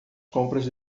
compras